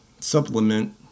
supplement